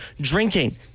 drinking